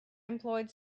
employed